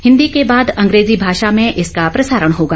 हिन्दी के बाद अंग्रेजी भाषा में इसका प्रसारण होगा